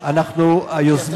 שהיוזמים,